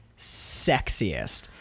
sexiest